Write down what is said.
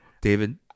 David